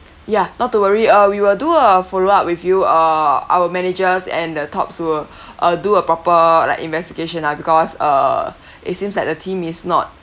ya not to worry uh we will do a follow up with you err our managers and the tops will uh do a proper like investigation lah because uh it seems like the team is not